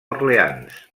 orleans